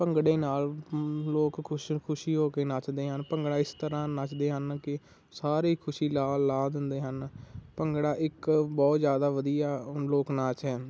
ਭੰਗੜੇ ਨਾਲ ਲੋਕ ਕੁਛ ਖੁਸ਼ੀ ਹੋ ਕੇ ਨੱਚਦੇ ਹਨ ਭੰਗੜਾ ਇਸ ਤਰ੍ਹਾਂ ਨੱਚਦੇ ਹਨ ਕਿ ਸਾਰੇ ਖੁਸ਼ੀ ਲਾਲ ਲਾਹ ਦਿੰਦੇ ਹਨ ਭੰਗੜਾ ਇੱਕ ਬਹੁਤ ਜ਼ਿਆਦਾ ਵਧੀਆ ਲੋਕ ਨਾਚ ਹੈ